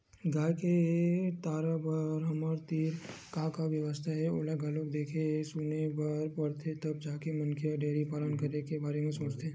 गाय के चारा बर हमर तीर का का बेवस्था हे ओला घलोक देखे सुने बर परथे तब जाके मनखे ह डेयरी पालन करे के बारे म सोचथे